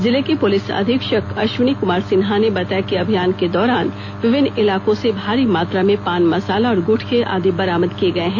जिले के पुलिस अधीक्षक अश्विनी क्मार सिन्हा ने बताया कि अभियान के दौरान विभिन्न इलाकों से भारी मात्रा में पान मसाला और गुटर्ख आदि बरामद किये गए हैं